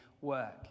work